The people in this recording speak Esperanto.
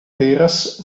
aperas